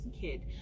kid